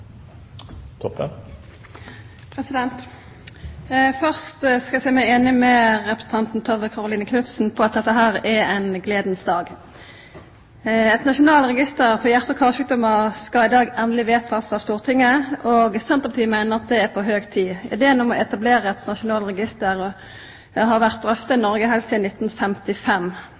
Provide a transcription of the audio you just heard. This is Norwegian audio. Først vil eg seia meg einig med representanten Tove Karoline Knutsen i at dette er ein «gledens dag». Eit nasjonalt register over hjarte- og karsjukdomar skal i dag endeleg vedtakast av Stortinget. Senterpartiet meiner at det er på høg tid. Ideen om å etablera eit nasjonalt register har vore drøfta i Noreg heilt sidan 1955.